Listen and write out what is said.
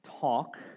talk